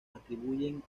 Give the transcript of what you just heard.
atribuyen